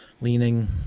leaning